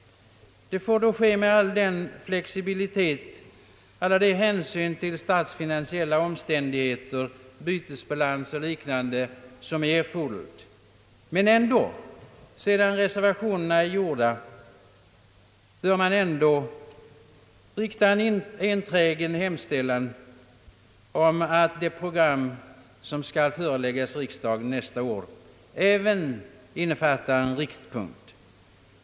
Det får ske med all behövlig flexibilitet, all hänsyn till statsfinansiella omständigheter, bytesbalans och liknande ting. Men sedan dessa reservationer är gjorda bör man ändå rikta en enträgen hemställan om att det program som skall föreläggas nästa år även skall innefatta en riktpunkt.